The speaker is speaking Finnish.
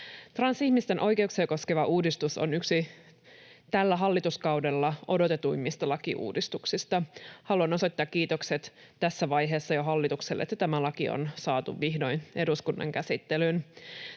Transihmisten oikeuksia koskeva uudistus on yksi tämän hallituskauden odotetuimmista lakiuudistuksista. Haluan osoittaa kiitokset jo tässä vaiheessa hallitukselle, että tämä laki on saatu vihdoin eduskunnan käsittelyyn.